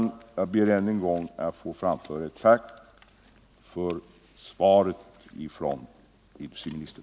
Jag ber att än en gång få framföra ett tack för svaret = ning till den s.k. från industriministern.